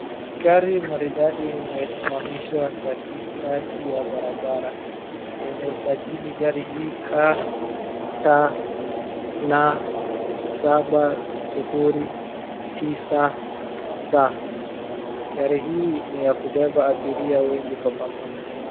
Gari maridadi imesimamishwa katika barabara. Yenye usajili gari hii ka cha na saba sufuri tisa sa. Gari hii ni kubeba abiria wengi kwa pamoja.